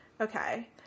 Okay